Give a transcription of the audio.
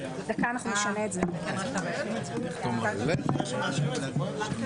13:15.